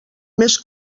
més